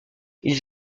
ils